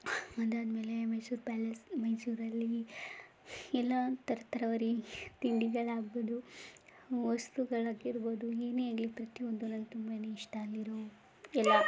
ಅದಾದ್ಮೇಲೆ ಮೈಸೂರು ಪ್ಯಾಲೇಸ್ ಮೈಸೂರಲ್ಲಿ ಎಲ್ಲ ಥರ ತರಹೇವರಿ ತಿಂಡಿಗಳಾಗ್ಬೋದು ವಸ್ತುಗಳಾಗಿರ್ಬೋದು ಏನೇ ಆಗಲಿ ಪ್ರತಿಯೊಂದೂ ನನ್ಗೆ ತುಂಬನೇ ಇಷ್ಟ ಆಗಿರೋ ಎಲ್ಲ